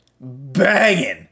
banging